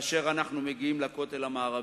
ואנחנו מגיעים לכותל המערבי.